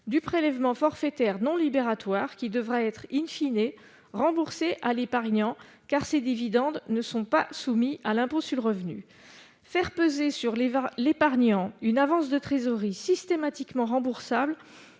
du prélèvement forfaitaire non libératoire qui devra être,, remboursé à l'épargnant, car ces dividendes ne sont pas soumis à l'impôt sur le revenu. Faire peser sur l'épargnant une avance de trésorerie systématiquement remboursable